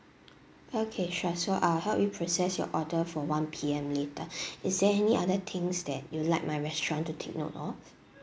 okay sure so I will help you process your order for one P_M later is there any other things that you'd like my restaurant to take note of